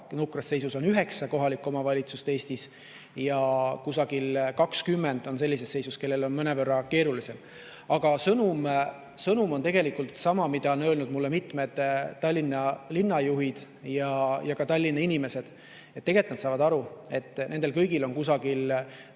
nukras seisus on üheksa kohalikku omavalitsust Eestis ja umbes 20 on sellises seisus, kellel on mõnevõrra keeruline. Aga sõnum on tegelikult sama, mida on öelnud mulle mitmed Tallinna linna juhid ja ka Tallinna inimesed. Nad saavad aru, nendel kõigil on kusagil